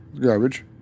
Garbage